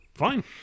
Fine